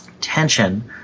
tension